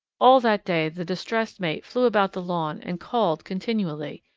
all that day the distressed mate flew about the lawn and called continually.